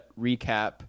recap